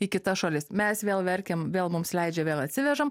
į kitas šalis mes vėl verkiam vėl mums leidžia vėl atsivežam